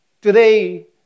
Today